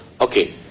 Okay